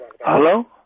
Hello